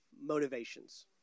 motivations